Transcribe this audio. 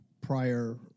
prior